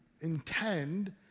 intend